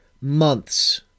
Months